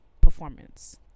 performance